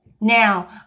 now